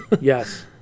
Yes